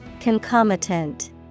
Concomitant